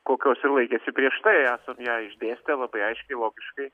kokios ir laikėsi prieš tai esam ją išdėstę labai aiškiai logiškai